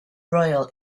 royal